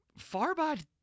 Farbod